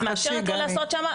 את מאשרת לו לעשות שם?